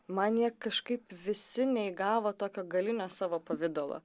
man jie kažkaip visi neįgavo tokio galinio savo pavidalo